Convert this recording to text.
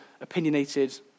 opinionated